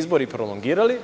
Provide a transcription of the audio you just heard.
izbori prolongirali.